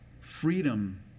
freedom